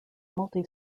multi